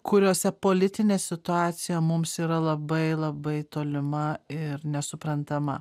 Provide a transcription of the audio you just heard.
kuriose politinė situacija mums yra labai labai tolima ir nesuprantama